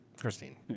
Christine